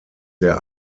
sehr